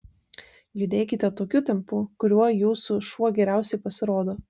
judėkite tokiu tempu kuriuo jūsų šuo geriausiai pasirodo